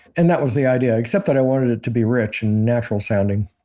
and that was the idea, except that i wanted it to be rich and natural sounding